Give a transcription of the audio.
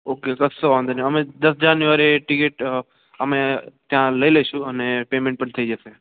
okay કશો વાંધો નય અમે દસ જાન્યુઆરી ટિકિટ અમે ત્યાં લઈ લઈશું અને પેમેન્ટ પણ થઈ જશે